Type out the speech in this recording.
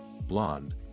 blonde